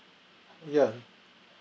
yeah